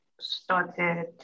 started